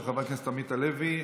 של חבר הכנסת עמית הלוי.